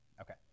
Okay